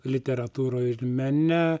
literatūroj ir mene